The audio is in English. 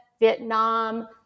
Vietnam